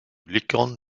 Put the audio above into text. lincoln